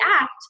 act